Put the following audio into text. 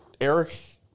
Eric